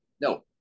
No